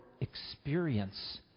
experience